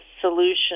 solution